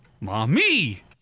Mommy